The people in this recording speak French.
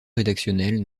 rédactionnels